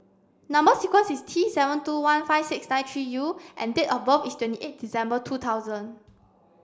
number sequence is T seven two one five six nine three U and date of birth is twenty eight December two thousand